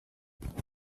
vänta